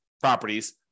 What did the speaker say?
properties